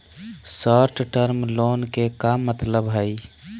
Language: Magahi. शार्ट टर्म लोन के का मतलब हई?